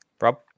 Rob